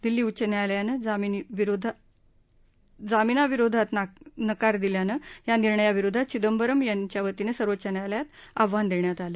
दिल्ली उच्च न्यायालयानं जामिनाविरोधात निकाल दिल्यानं या निर्णया विरोधात चिदंबरम् यांच्यावतीनं सर्वोच्च न्यायालयात आव्हान देण्यात आलं